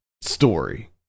story